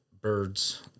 birds